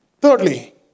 Thirdly